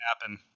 happen